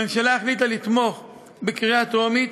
הממשלה החליטה לתמוך בקריאה טרומית